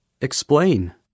Explain